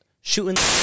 shooting